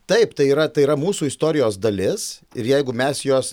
taip tai yra tai yra mūsų istorijos dalis ir jeigu mes jos